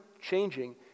changing